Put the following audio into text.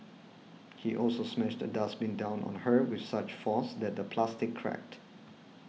he also smashed a dustbin down on her with such force that the plastic cracked